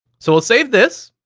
so we'll save this